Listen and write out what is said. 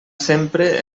sempre